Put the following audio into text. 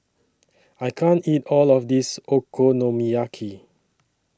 I can't eat All of This Okonomiyaki